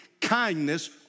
kindness